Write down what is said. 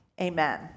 Amen